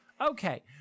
Okay